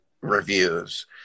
reviews